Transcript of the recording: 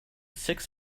six